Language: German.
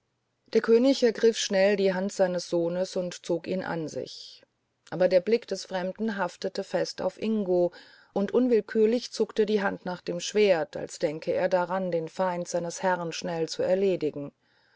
der könig ergriff schnell die hand seines sohnes und zog ihn an sich aber der blick des fremden haftete fest auf ingo und unwillkürlich zuckte die hand nach dem schwert als denke er darauf den feind seines herrn schnell zu erledigen